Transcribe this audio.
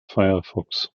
firefox